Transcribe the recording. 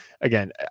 again